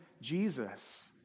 Jesus